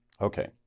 okay